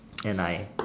and I